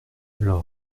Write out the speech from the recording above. leurs